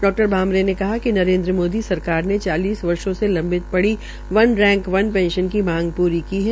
डा भामरे ने कहा कि नरेन्द्र मोदी सरकार ने चालीस वर्षो से लंबित पड़ी वन रैंक वन पेंशन की मांग पूरी की है